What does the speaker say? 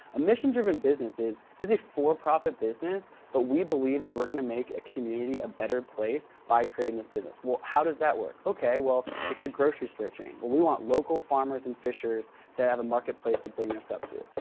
a mission-driven business is is a for profit business but we believe that we're gonna make a community a better place by creating this business. well, how does that work? okay, well it's a grocery store chain. well we want local farmers and fishers to have a marketplace to bring their stuff to.